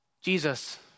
Jesus